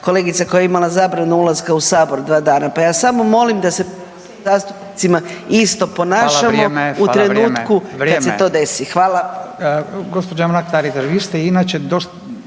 kolegica koja je imala zabranu ulaska u Sabor dva dana. Pa ja samo molim da se prema zastupnica isto ponašamo u trenutku kada se to desi. Hvala.